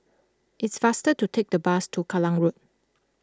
it's faster to take the bus to Kallang Road